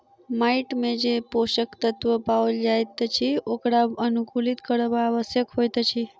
माइट मे जे पोषक तत्व पाओल जाइत अछि ओकरा अनुकुलित करब आवश्यक होइत अछि